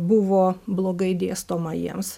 buvo blogai dėstoma jiems